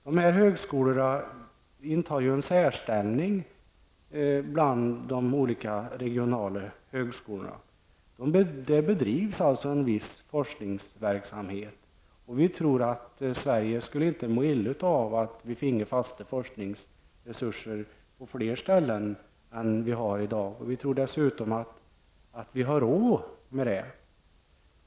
Dessa högskolor intar en särställning bland de regionala högskolorna. Där bedrivs en viss forskningsverksamhet. Vi tror att Sverige inte skulle må illa av att nab finge fasta forskningsresurser på fler ställen än vad vi har i dag. Dessutom tror vi att man har råd med det.